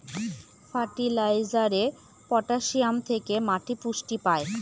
ফার্টিলাইজারে পটাসিয়াম থেকে মাটি পুষ্টি পায়